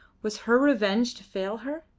was her revenge to fail her?